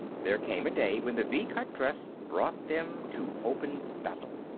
there came a day when the v-cut dress brought them to open battle.